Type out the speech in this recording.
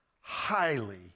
highly